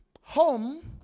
Home